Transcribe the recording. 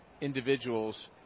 individuals